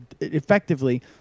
effectively